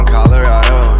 Colorado